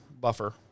Buffer